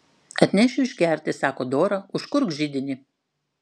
atnešiu išgerti sako dora užkurk židinį